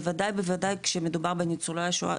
בוודאי ובוודאי כשמדובר בניצול השואה,